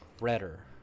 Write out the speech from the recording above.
redder